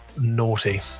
naughty